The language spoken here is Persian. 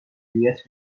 مدیریت